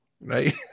right